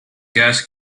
gas